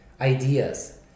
ideas